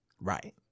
Right